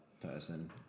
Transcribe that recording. person